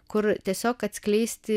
kur tiesiog atskleisti